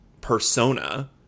persona